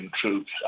troops